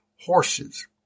horses